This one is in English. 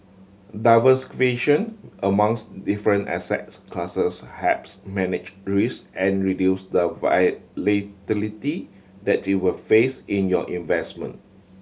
amongst different assets classes helps manage risk and reduce the that you will face in your investment